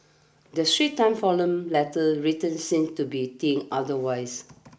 The Straits Times forum letter writer seems to be think otherwise